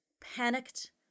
panicked